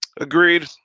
Agreed